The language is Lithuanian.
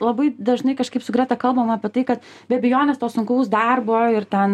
labai dažnai kažkaip su greta kalbam apie tai kad be abejonės to sunkaus darbo ir ten